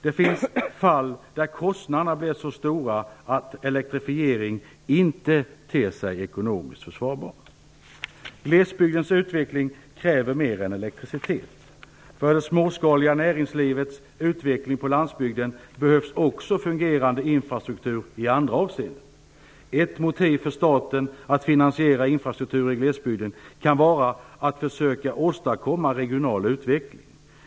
Det finns fall där kostnaderna blir så stora att elektrifiering inte ter sig ekonomiskt försvarbart. Glesbygdens utveckling kräver mer än elektricitet. För det småskaliga näringslivets utveckling på landsbygden behövs också fungerande infrastruktur i andra avseenden. Ett motiv för staten att finansiera infrastruktur i glesbygden kan vara att försöka åstadkomma regional utveckling.